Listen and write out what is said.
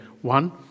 One